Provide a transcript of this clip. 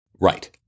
Right